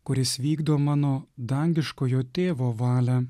kuris vykdo mano dangiškojo tėvo valią